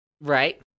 Right